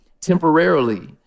temporarily